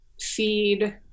feed